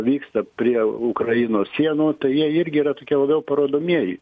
vyksta prie ukrainos sienų tai jie irgi yra tokie labiau parodomieji